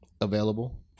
available